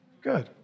good